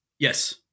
Yes